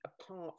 apart